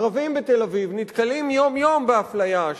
ערבים בתל-אביב נתקלים יום-יום באפליה.